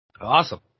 Awesome